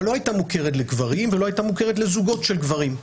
אבל לא הייתה מוכרת לגברים ולא הייתה מוכרת לזוגות של גברים.